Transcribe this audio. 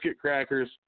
crackers